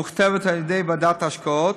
שמוכתבת על-ידי ועדת ההשקעות,